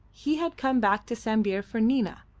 he had come back to sambir for nina,